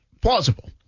plausible